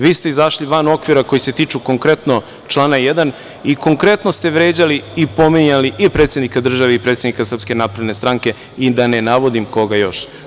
Vi ste izašli van okvira koji se tiču konkretno člana 1. i konkretno ste vređali i pominjali i predsednika države i predsednika SNS i da ne navodim koga još.